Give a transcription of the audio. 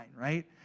right